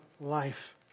life